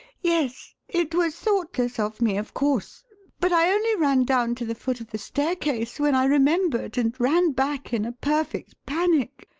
yes. it was thoughtless of me, of course but i only ran down to the foot of the staircase, when i remembered, and ran back in a perfect panic.